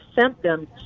symptoms